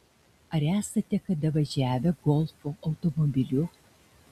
ar esate kada važiavę golfo automobiliu